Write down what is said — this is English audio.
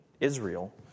Israel